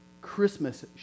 Christmas